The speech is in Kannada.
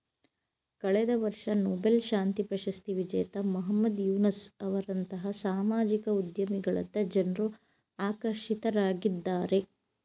ಕಳೆದ ವರ್ಷ ನೊಬೆಲ್ ಶಾಂತಿ ಪ್ರಶಸ್ತಿ ವಿಜೇತ ಮಹಮ್ಮದ್ ಯೂನಸ್ ಅವರಂತಹ ಸಾಮಾಜಿಕ ಉದ್ಯಮಿಗಳತ್ತ ಜನ್ರು ಆಕರ್ಷಿತರಾಗಿದ್ದಾರೆ